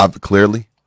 clearly